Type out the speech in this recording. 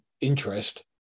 interest